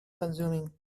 consuming